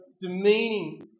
demeaning